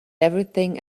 everything